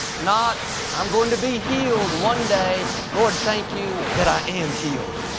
not, i'm going to be healed one day. lord, thank you that i am healed.